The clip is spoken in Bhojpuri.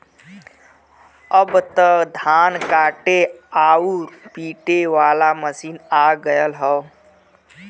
अब त धान काटे आउर पिटे वाला मशीन आ गयल हौ